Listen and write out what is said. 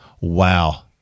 Wow